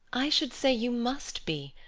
i should say you must be.